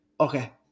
Okay